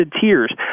Tears